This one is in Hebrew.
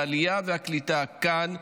העלייה והקליטה כאן,